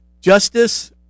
Justice